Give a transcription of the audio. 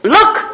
Look